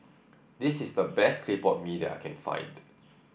this is the best Clay Pot Mee that I can find